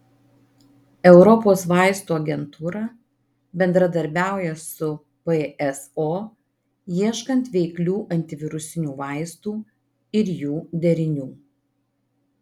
europos vaistų agentūra bendradarbiauja su pso ieškant veiklių antivirusinių vaistų ir jų derinių